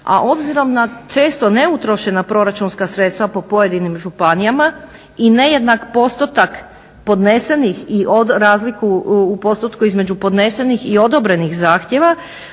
A obzirom na često neutrošena proračunska sredstva po pojedinim županijama i nejednak postotak podnesenih i razliku